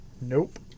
Nope